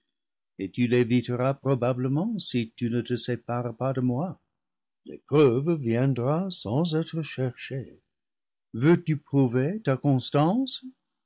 et tu l'éviteras probablement si tu ne te sépares pas de moi l'épreuve viendra sans être cherchée veux-tu prou ver ta constance